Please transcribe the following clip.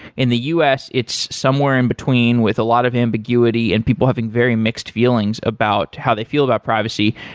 in the us it's somewhere in between with a lot of ambiguity and people having very mixed feelings about how they feel about privacy.